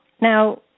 Now